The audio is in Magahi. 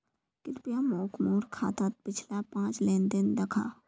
कृप्या मोक मोर खातात पिछला पाँच लेन देन दखा